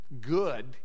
good